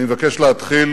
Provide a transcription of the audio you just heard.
אני מבקש להתחיל